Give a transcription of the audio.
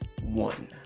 One